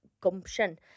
gumption